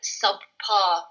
subpar